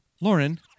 Lauren